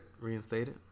reinstated